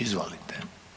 Izvolite.